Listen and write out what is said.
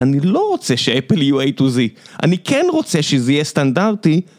אני לא רוצה שאפל יהיה A to Z, אני כן רוצה שזה יהיה סטנדרטי.